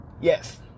Yes